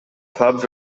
clubs